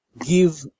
give